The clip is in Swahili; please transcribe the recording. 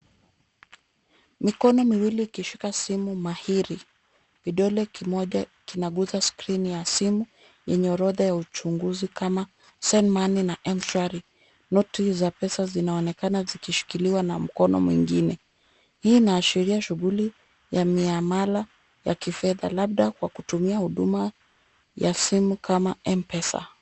Mikono miwili ikishika simu mahiri. Kidole kimoja kinaguza skrini ya simu yenye orodha ya uchunguzi kama send money na mshwari. Noti za pesa zinaonekana zikishikiliwa na mkono mwingine .Hii inaashiria shughuli ya miamala ya kifedha labda kwa kutumia huduma ya simu kama Mpesa.